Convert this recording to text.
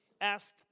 asked